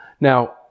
Now